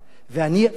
אני, אדוני היושב-ראש,